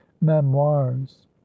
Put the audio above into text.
memoirs